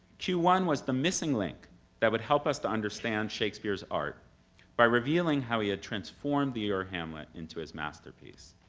q one was the missing link that would help us to understand shakespeare's art by revealing how he'd transformed the ur-hamlet into his masterpiece.